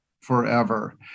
forever